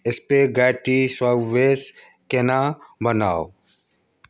spaghetti squash कोना बनाउ